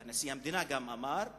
גם נשיא המדינה אמר אותה,